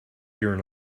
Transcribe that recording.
here